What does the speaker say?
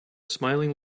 smiling